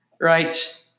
right